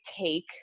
take